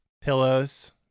pillows